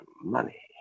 money